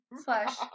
Slash